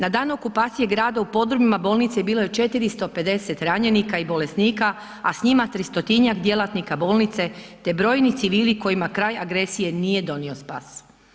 Na dan okupacije grada u podrumima bolnice bolo je 450 ranjenika i bolesnika, a s njima 300-tinjak djelatnika bolnice te brojni civili kojima kraj agresije nije donio spas.